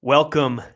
Welcome